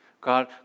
God